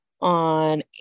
on